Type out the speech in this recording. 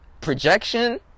projection